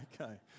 Okay